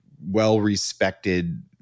well-respected